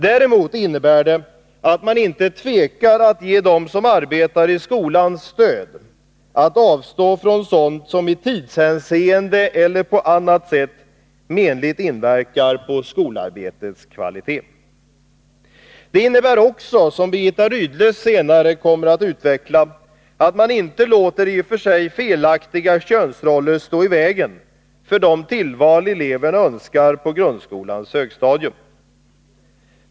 Däremot innebär det att man inte tvekar att ge dem som arbetar i skolan stöd att avstå från sådant som i tidshänseende eller på annat sätt menligt inverkar på skolarbetets kvalitet. Det innebär också — som Birgitta Rydle senare kommer att utveckla — att man inte låter i och för sig felaktiga könsroller stå i vägen för de tillval eleverna önskar på grundskolans högstadium.